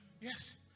Yes